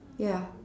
ya